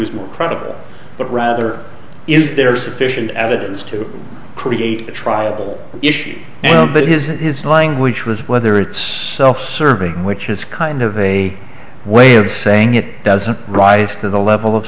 is more credible but rather is there sufficient evidence to create a trial issue but his is his language was whether it's serving which is kind of a way of saying it doesn't rise to the level of